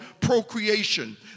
procreation